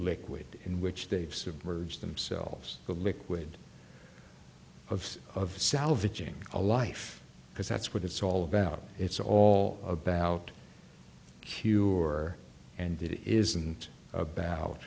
liquid in which they've submerge themselves the liquid of of salvaging a life because that's what it's all about it's all about heuer and it isn't about